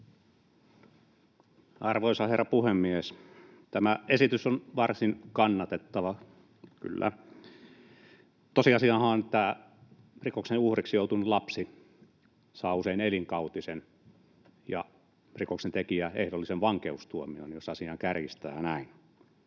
Arvoisa herra puhemies! Tämä esitys on varsin kannatettava, kyllä. Tosiasiahan on, että rikoksen uhriksi joutunut lapsi saa usein elinkautisen ja rikoksentekijä ehdollisen vankeustuomion, jos asian kärjistää näin.